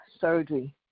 surgery